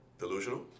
Delusional